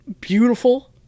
beautiful